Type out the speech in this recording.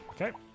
Okay